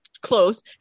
close